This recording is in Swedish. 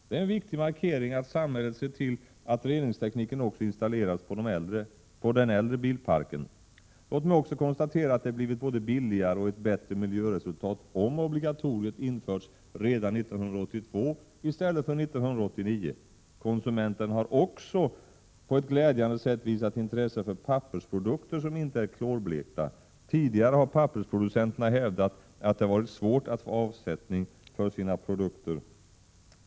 Det är en viktig markering att samhället ser till att reningstekniken också installeras i den äldre bilparken. Låt mig konstatera att det hade både blivit billigare och gett ett bättre miljöresultat om obligatoriet hade införts redan 1982 i stället för 1989. Konsumenterna har också på ett glädjande sätt visat intresse för pappersprodukter som inte är klorblekta. Tidigare har pappersproducenterna hävdat att det har varit svårt att få avsättning för sina produkter.